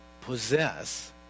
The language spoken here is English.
possess